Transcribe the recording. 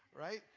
right